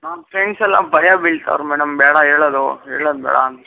ನಮ್ಮ ಫ್ರೆಂಡ್ಸ್ ಎಲ್ಲ ಭಯ ಬೀಳ್ತಾರೆ ಮೇಡಮ್ ಬೇಡ ಹೇಳೋದು ಹೇಳೋದು ಬೇಡ ಅಂತ